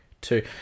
two